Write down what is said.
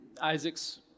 Isaac's